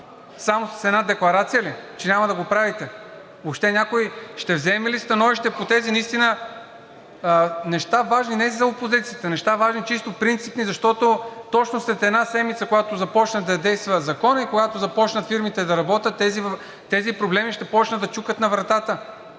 Само с една декларация ли, че няма да го правите? Въобще някой ще вземе ли становище по тези наистина неща, важни не за опозицията, неща, важни чисто принципни, защото точно след една седмица, когато започне да действа Законът и когато започнат фирмите да работят, тези проблеми ще започнат да чукат на вратата.